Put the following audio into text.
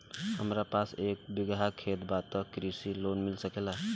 हमरा पास एक बिगहा खेत बा त कृषि लोन मिल सकेला?